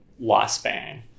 lifespan